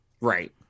Right